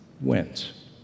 wins